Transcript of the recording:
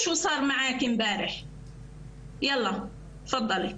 (אומרת בשפה הערבית, להלן תרגום חופשי)